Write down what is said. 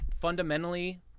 fundamentally